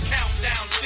Countdown